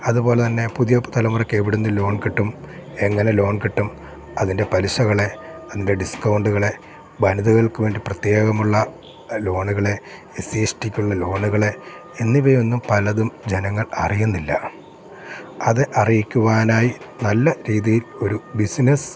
അതുപോലെത്തന്നെ പുതിയ തലമുറക്ക് എവിടുന്ന് ലോൺ കിട്ടും എങ്ങനെ ലോൺ കിട്ടും അതിൻ്റെ പലിശകളെ അതിൻ്റെ ഡിസ്കൗണ്ടുകളെ വനിതകൾക്കു വേണ്ടി പ്രത്യേകമുള്ള ലോണുകളെ എസ് സി എസ് ടിക്കുള്ള ലോണുകളെ എന്നിവയൊന്നും പലതും ജനങ്ങൾ അറിയുന്നില്ല അത് അറിയിക്കുവാനായി നല്ല രീതിയിൽ ഒരു ബിസിനസ്